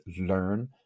learn